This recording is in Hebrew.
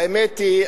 האמת היא,